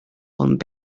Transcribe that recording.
ond